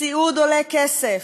סיעוד עולה כסף,